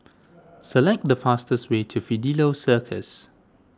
select the fastest way to Fidelio Circus